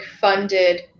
funded